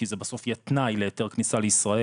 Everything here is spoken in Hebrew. כי זה בסוף יהיה תנאי להיתר כניסה לישראל